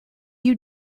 you